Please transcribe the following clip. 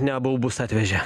ne baubus atvežė